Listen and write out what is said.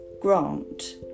Grant